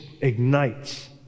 ignites